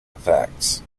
effects